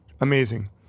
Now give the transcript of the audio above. amazing